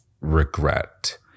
regret